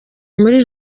muri